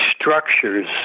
structures